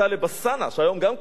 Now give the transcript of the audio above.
שהיום גם כן קם לגדף,